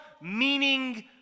meaning